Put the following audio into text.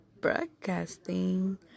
broadcasting